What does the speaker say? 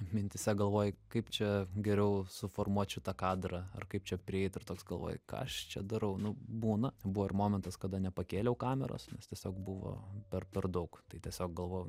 mintyse galvoji kaip čia geriau suformuot šitą kadrą ar kaip čia prieit ir toks galvoji ką aš čia darau nu būna buvo ir momentas kada nepakėliau kameros nes tiesiog buvo per per daug tai tiesiog galvojau